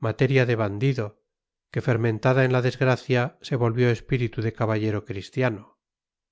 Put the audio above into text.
materia de bandido que fermentada en la desgracia se volvió espíritu de caballero cristiano